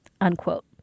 Unquote